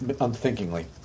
unthinkingly